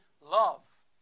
Love